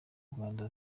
rwanda